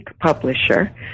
publisher